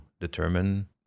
determine